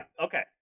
Okay